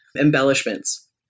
Embellishments